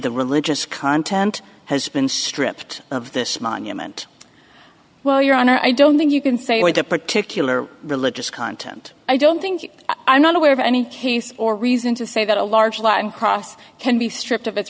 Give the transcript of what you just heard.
the religious content has been stripped of this monument well your honor i don't think you can say with a particular religious content i don't think i'm not aware of any case or reason to say that a large latin cross can be stripped of it